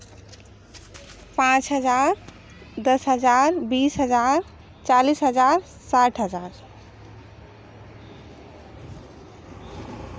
पाँच हज़ार दस हज़ार बीस हज़ार चालीस हज़ार साठ हज़ार